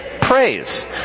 praise